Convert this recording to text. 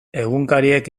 egunkariek